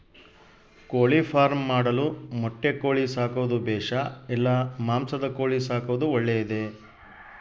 ಕೋಳಿಫಾರ್ಮ್ ಮಾಡಲು ಮೊಟ್ಟೆ ಕೋಳಿ ಸಾಕೋದು ಬೇಷಾ ಇಲ್ಲ ಮಾಂಸದ ಕೋಳಿ ಸಾಕೋದು ಒಳ್ಳೆಯದೇ?